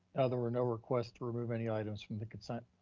there were no requests to remove any items from the consent.